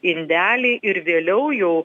indelį ir vėliau jau